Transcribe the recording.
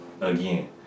Again